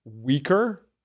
weaker